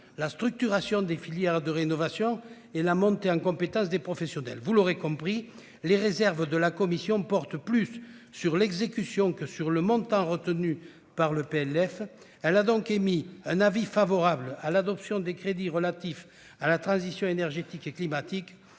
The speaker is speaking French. la structuration des filières de rénovation et la montée en compétences des professionnels. Vous l'aurez compris, mes chers collègues, les réserves de la commission portent plus sur l'exécution que sur les montants retenus par le PLF. Elle a donc émis un avis favorable sur l'adoption des crédits relatifs à la transition énergétique et climatique,